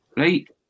Right